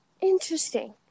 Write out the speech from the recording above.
Interesting